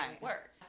work